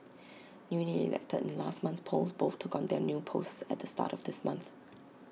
newly elected in last month's polls both took on their new posts at the start of this month